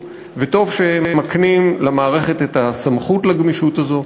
וטוב שמקנים למערכת את הסמכות לגמישות הזאת.